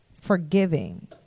forgiving